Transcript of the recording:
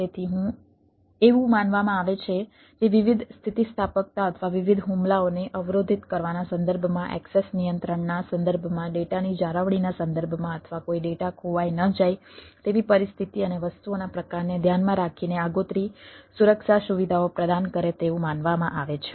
તેથી એવું માનવામાં આવે છે કે તે વિવિધ સ્થિતિસ્થાપકતા અથવા વિવિધ હુમલાઓને અવરોધિત કરવાના સંદર્ભમાં એક્સેસ નિયંત્રણના સંદર્ભમાં ડેટાની જાળવણીના સંદર્ભમાં અથવા કોઈ ડેટા ખોવાઈ ન જાય તેવી પરિસ્થિતિ અને વસ્તુઓના પ્રકારને ધ્યાનમાં રાખીને આગોતરી સુરક્ષા સુવિધાઓ પ્રદાન કરે તેવું માનવામાં આવે છે